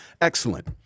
Excellent